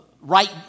right